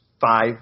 five